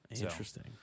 interesting